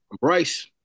Bryce